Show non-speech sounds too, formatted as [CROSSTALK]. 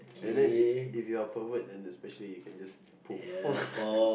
and then if if you are pervert you can specially you can just poof [LAUGHS]